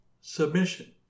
submission